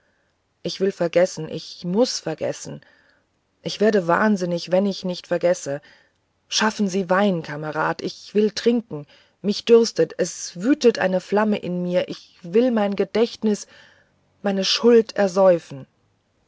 ich will vergessen ich muß vergessen ich werde wahnsinnig wenn ich nicht vergesse schaffen sie wein kamerad ich will trinken mich dürstet es wütet eine flamme in mir ich will mein gedächtnis meine schuld ersäufen